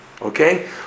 okay